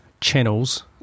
channels